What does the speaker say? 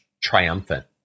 triumphant